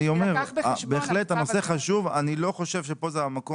אני אומר שבהחלט הנושא חשוב אבל אני לא חושב שכאן זה המקום.